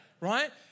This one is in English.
right